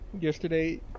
yesterday